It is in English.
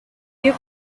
you